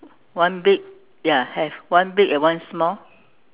one big ya have one big and one small